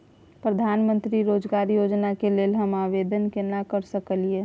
प्रधानमंत्री रोजगार योजना के लेल हम आवेदन केना कर सकलियै?